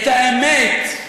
את האמת: